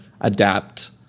adapt